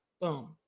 boom